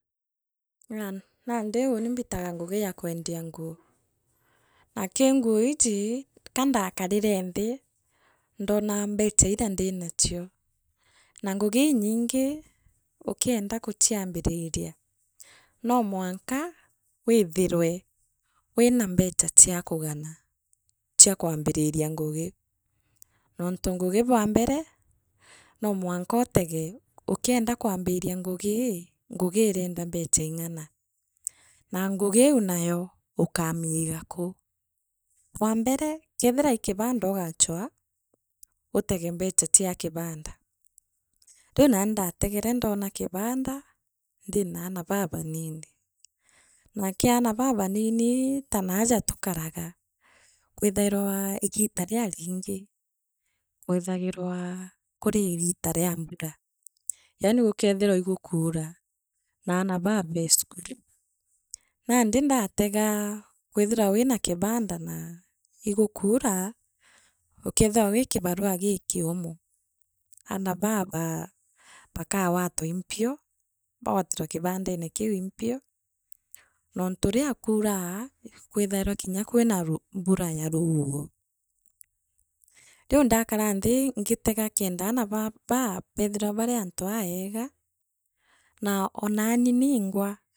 Naa naandi uuni mbitaga ngugi ya kwendia nguu. na kii nguu liji kandakarire nthi ndoona mbecha iria ndinachio na ngugi inyingi ukienda guciambiriria. noo mwanka withirwe wina mbecha chia kugana chia kwambiriria ngugi, nontu ngugi bwa mbere, nomwakontepe akienda kwambiriria ngugi noo ngugiirienda mbecha igana. Naa ngugi iu nayo, ukamiiga kuu bwa mbere keethira li kibanda ogachwa. autege mbecha chiakibanda. Riu naani ndategere ndonaa kibanda ndina aana baabanini, nakioana babaninitaa naja tukaraga kwithaira igiita riria riinga kwithagira kuri igiita ria mbura yaani gukeethirawa igukuura naaana baa becukuru, nandi ndatega kwithira wina kibanda na igukuura ukeethira wi kibarua gikiumu aana baa ba bakagwatwa ii mpio bagwatirwe kibandene kiu ii mpio, nontu rirta kuuraa ikwithairwa kwira ruu mbu mbura ya ruo riu ndakara nthi ngitega kenda aana ba baa beethira bari antu aega oo nani ningwa.